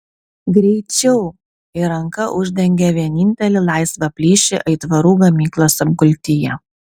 greičiau ir ranka uždengė vienintelį laisvą plyšį aitvarų gamyklos apgultyje